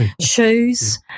shoes